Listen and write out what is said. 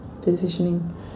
positioning